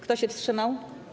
Kto się wstrzymał?